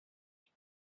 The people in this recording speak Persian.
ﺑﻌﻀﯽ